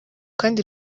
kandi